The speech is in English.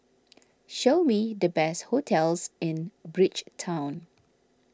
show me the best hotels in Bridgetown